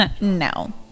no